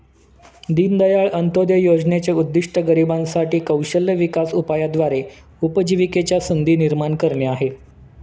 दीनदयाळ अंत्योदय योजनेचे उद्दिष्ट गरिबांसाठी साठी कौशल्य विकास उपायाद्वारे उपजीविकेच्या संधी निर्माण करणे आहे